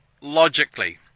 logically